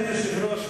אדוני היושב-ראש,